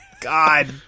God